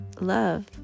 love